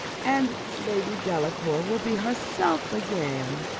and lady delacour will be herself again.